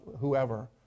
whoever